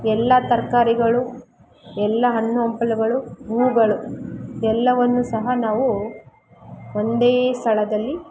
ಎಲ್ಲ ತರಕಾರಿಗಳು ಎಲ್ಲ ಹಣ್ಣು ಹಂಪಲುಗಳು ಹೂಗಳು ಎಲ್ಲವನ್ನು ಸಹ ನಾವು ಒಂದೇ ಸ್ಥಳದಲ್ಲಿ